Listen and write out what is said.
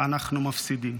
אנחנו מפסידים,